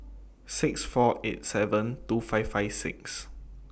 six four eight seven two five five six